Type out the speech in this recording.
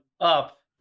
up